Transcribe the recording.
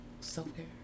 Self-care